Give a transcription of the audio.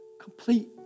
complete